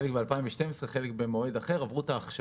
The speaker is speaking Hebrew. חלק ב-2012 וחלק במועד אחר, עברו את ההכשרות.